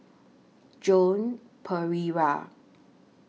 Joan Pereira